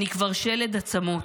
אני כבר שלד עצמות,